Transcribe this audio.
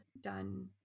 done